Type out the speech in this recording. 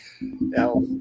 Now